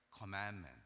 commandment